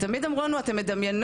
ותמיד אמרו לנו אתן מדמיינות,